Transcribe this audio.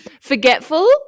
Forgetful